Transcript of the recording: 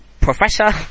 Professor